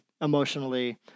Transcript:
emotionally